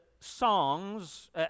songs